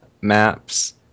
maps